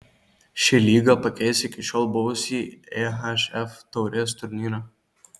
ši lyga pakeis iki šiol buvusį ehf taurės turnyrą